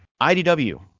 IDW